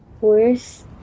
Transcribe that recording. Worse